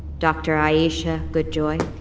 doctor ayisha goodjoy.